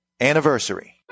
anniversary